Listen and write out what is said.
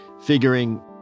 figuring